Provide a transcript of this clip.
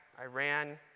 Iran